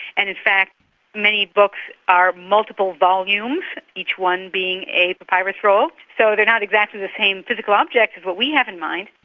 and in fact many books are multiple volumes, each one being a papyrus roll, so they are not exactly the same physical objects as what we have in mind,